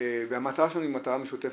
המטרה שלנו היא מטרה משותפת,